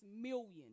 millions